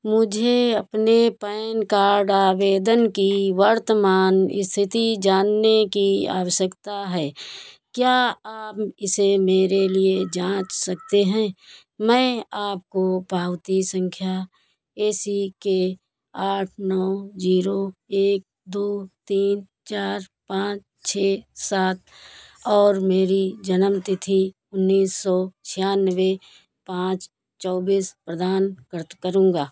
मुझे अपने PAN card आवेदन की वर्तमान स्थिति जानने की आवश्यकता है क्या आप इसे मेरे लिए जाँच सकते हैं मैं आपको पावती संख्या ए सी के आठ नौ जीरो एक दो तीन चार पाँच छः सात और मेरी जन्म तिथि उन्नीस सौ छियानवे पाँच चौबीस प्रदान कर करूँगा